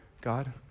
God